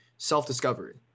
self-discovery